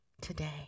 today